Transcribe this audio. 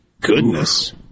Goodness